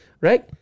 right